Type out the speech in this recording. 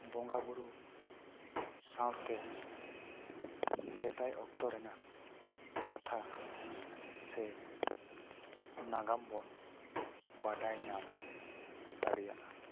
ᱵᱚᱸᱜᱟ ᱵᱳᱨᱳ ᱥᱟᱶᱛᱮ ᱥᱮᱫᱟᱭ ᱚᱠᱛᱚ ᱨᱮᱱᱟᱜ ᱠᱟᱛᱷᱟ ᱥᱮ ᱱᱟᱜᱟᱢ ᱵᱚᱱ ᱵᱟᱰᱟᱭ ᱧᱟᱢ ᱫᱟᱲᱮᱭᱟᱜᱼᱟ